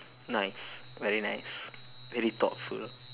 nice very nice very thoughtful